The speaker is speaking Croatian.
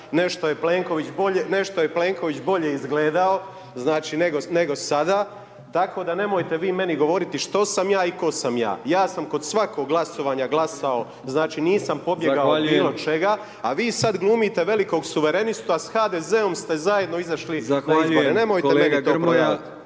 nešto je Plenković bolje izgledao znači nego sada. Tako da nemojte vi meni govoriti što sam ja i tko sam ja. Ja sam kod svakog glasovanja glasao, znači nisam pobjegao od bilo čega a vi sad glumite velikog suverenistu a sa HDZ-om ste zajedno izašli na izbore, nemojte meni to prodavati.